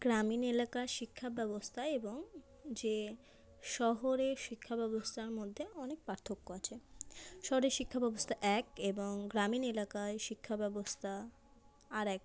গ্রামীণ এলাকার শিক্ষা ব্যবস্থায় এবং যে শহরের শিক্ষা ব্যবস্থার মধ্যে অনেক পার্থক্য আছে শহরের শিক্ষা ব্যবস্থা এক এবং গ্রামীণ এলাকায় শিক্ষা ব্যবস্থা আর এক